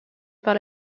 par